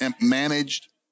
managed